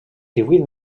divuit